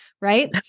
right